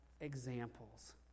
examples